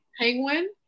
Penguin